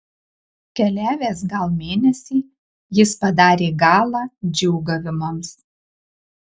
keliavęs gal mėnesį jis padarė galą džiūgavimams